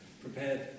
prepared